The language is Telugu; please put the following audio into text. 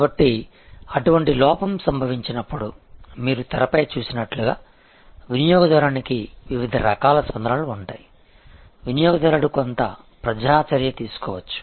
కాబట్టి అటువంటి లోపం సంభవించినప్పుడు మీరు తెరపై చూసినట్లుగా వినియోగదారునికు వివిధ రకాల స్పందనలు ఉంటాయి వినియోగదారుడు కొంత ప్రజా చర్య తీసుకోవచ్చు